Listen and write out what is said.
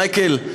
מייקל,